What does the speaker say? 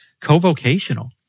co-vocational